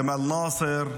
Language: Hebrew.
כמאל נאצר,